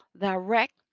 direct